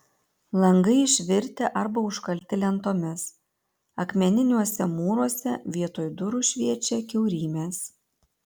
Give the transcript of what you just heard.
langai išvirtę arba užkalti lentomis akmeniniuose mūruose vietoj durų šviečia kiaurymės